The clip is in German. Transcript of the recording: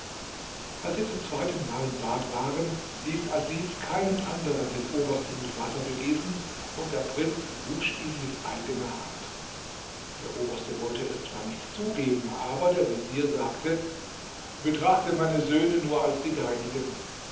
als sie zum zweitenmal im bad waren ließ asis keinen anderen den obersten mit wasser begießen und der prinz wusch ihn mit eigener hand der oberste wollte es zwar nicht zugeben aber der vezier sagte betrachte meine söhne nur als die deinigen